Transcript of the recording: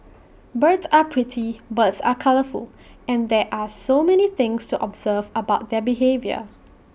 birds are pretty birds are colourful and there are so many things to observe about their behaviour